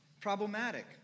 problematic